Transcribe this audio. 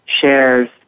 shares